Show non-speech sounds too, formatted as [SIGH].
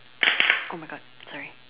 [NOISE] !oh-my-God! sorry